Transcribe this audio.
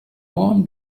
warm